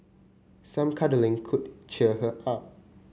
some cuddling could cheer her up